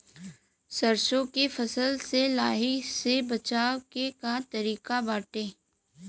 सरसो के फसल से लाही से बचाव के का तरीका बाटे?